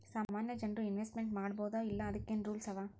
ಸಾಮಾನ್ಯ ಜನ್ರು ಇನ್ವೆಸ್ಟ್ಮೆಂಟ್ ಮಾಡ್ಬೊದೋ ಇಲ್ಲಾ ಅದಕ್ಕೇನ್ ರೂಲ್ಸವ?